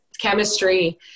chemistry